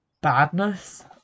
badness